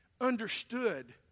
understood